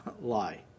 lie